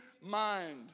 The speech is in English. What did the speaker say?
mind